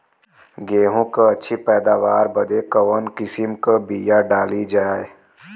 गेहूँ क अच्छी पैदावार बदे कवन किसीम क बिया डाली जाये?